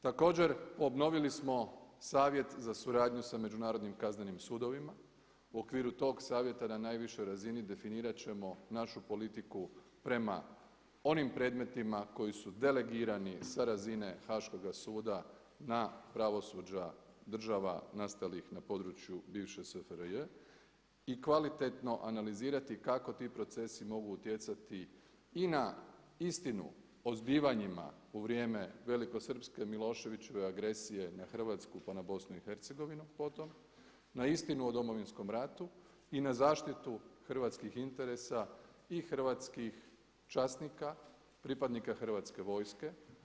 Također obnovili smo Savjet za suradnju sa međunarodnim kaznenim sudovima u okviru tog savjeta na najvišoj razini definirat ćemo našu politiku prema onim predmetima koji su delegirani sa razine Haškoga suda na pravosuđa država nastalih na području bivše SFRJ i kvalitetno analizirati kako ti procesi mogu utjecati i na istinu o zbivanjima u vrijeme velikosrpske Miloševićeve agresije na Hrvatsku pa na BiH potom, na istinu o Domovinskom ratu i na zaštitu hrvatskih interesa i hrvatskih časnika, pripadnika Hrvatske vojske.